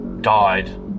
died